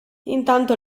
intanto